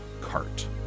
Cart